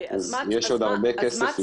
אז יש עוד הרבה כסף.